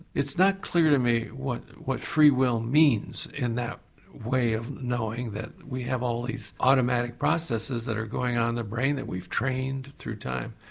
it's not clear to me what what free will means in that way of knowing that we have all these automatic processes that are going on in the brain that we've trained through time.